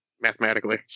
mathematically